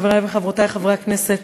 חברי וחברותי חברי הכנסת,